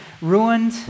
ruined